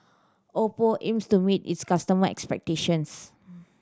Oppo aims to meet its customer expectations